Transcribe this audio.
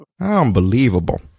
unbelievable